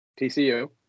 TCU